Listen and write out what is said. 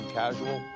casual